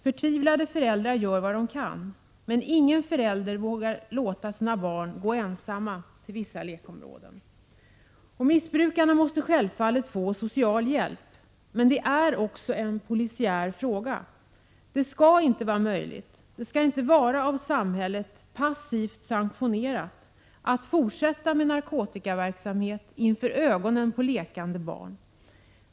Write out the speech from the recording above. Förtvivlade föräldrar gör vad de kan, men ingen förälder vågar låta sina barn gå ensamma till vissa lekområden. Missbrukare måste självfallet få social hjälp. Men det är också en polisiär fråga. Det skall inte vara möjligt, det skall inte vara av samhället passivt sanktionerat att forsätta med narkotikaverksamhet inför ögonen på lekande barn.